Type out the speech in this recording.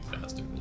faster